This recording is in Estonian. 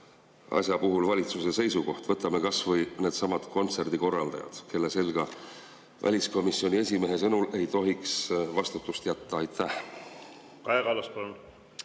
asja puhul valitsuse seisukoht. Võtame kas või needsamad kontserdikorraldajad, kelle selga väliskomisjoni esimehe sõnul ei tohiks vastutust jätta. Suur